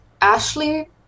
Ashley